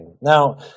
Now